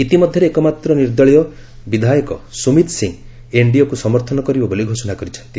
ଇତିମଧ୍ୟରେ ଏକ ମାତ୍ ନିର୍ଦ୍ଦଳୀୟ ବିଧାୟକ ସ୍ୱମୀତ ସିଂହ ଏନ୍ଡିଏକୁ ସମର୍ଥନ କରିବେ ବୋଲି ଘୋଷଣା କରିଛନ୍ତି